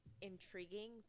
intriguing